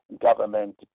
government